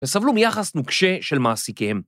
‫וסבלו מייחס נוקשה של מעסיקיהם.